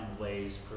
ways